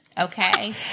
okay